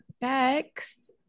bex